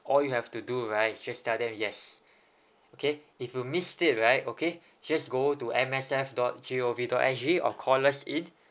all you have to do right is just tell them yes okay if you miss it right okay just go to M S F dot g o v dot s g or call us in